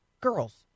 Girls